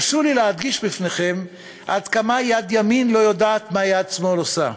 הרשו לי להדגיש בפניכם עד כמה יד ימין לא יודעת מה יד שמאל עושה.